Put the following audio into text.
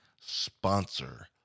sponsor